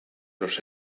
los